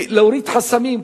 להוריד חסמים,